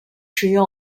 食用